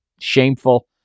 shameful